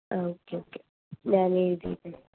ആ ഒക്കെ ഒക്കെ ഞാൻ എഴുതിയിട്ടുണ്ട്